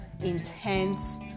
intense